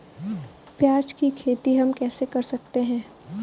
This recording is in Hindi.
प्याज की खेती हम कैसे कर सकते हैं?